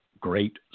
great